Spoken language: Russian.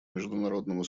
международного